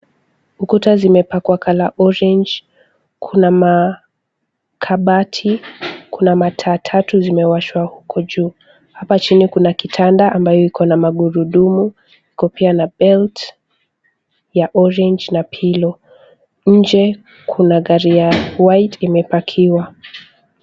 Ukuta zimepakwa colour orange . Kuna makabati. Kuna mataa tatu zimewashwa huko juu. Hapa chini kuna kitanda ambayo iko na magurudumu, iko pia na belt ya orange na pillow . Nje kuna gari ya white imepakiwa.